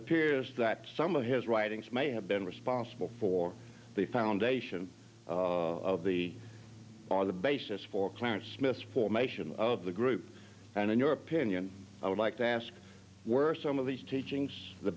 appears that some of his writings may have been responsible for the foundation of the on the basis for clarence smith's formation of the group and in your opinion i would like to ask were some of these teachings the